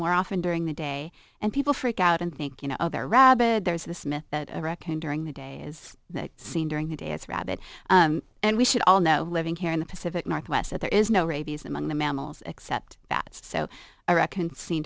more often during the day and people freak out and think you know there rabbit there's this myth that i reckon during the day is seen during the day as rabbit and we should all know living here in the pacific northwest that there is no rabies among the mammals except that so i reckon seen